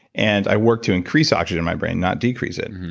and i work to increase oxygen in my brain, not decrease it.